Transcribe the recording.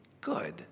good